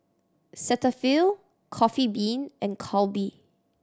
Cetaphil Coffee Bean and Calbee